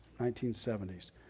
1970s